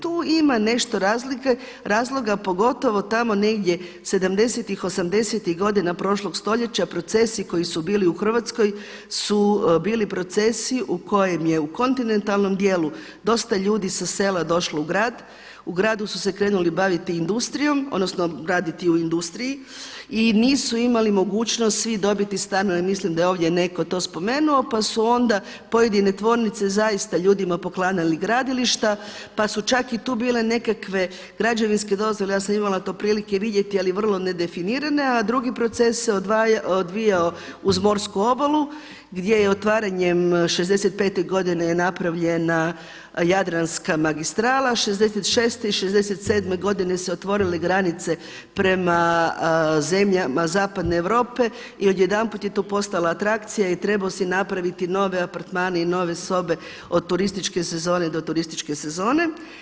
Tu ima nešto razloga pogotovo tamo negdje sedamdesetih, osamdesetih godina prošlog stoljeća procesi koji su bili u Hrvatskoj su bili procesi u kojima je u kontinentalnom dijelu dosta ljudi sa sela došlo u grad, u gradu su se krenuli baviti industrijom odnosno raditi u industriji i nisu imali mogućnost svi dobiti stanove, mislim da je ovdje netko to spomenuo pa su onda pojedine tvornice zaista ljudima poklanjale gradilišta, pa su čak i tu bile nekakve građevinske dozvole, ja sam imala to prilike vidjeti ali vrlo nedefinirane a drugi proces se odvijao uz morsku obalu gdje je otvaranjem 65. godine napravljena jadranska magistrala, 66. i 67. godine su se otvorile granice prema zemljama zapadne Europe i odjedanput je to postala atrakcija i trebao si napraviti nove apartmane i nove sobe od turističke sezone do turističke sezone.